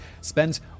spent